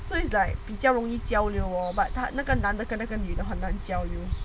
so it's like 比较容易交流 but 他那个男的跟那个女的很难交流